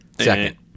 Second